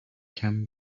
can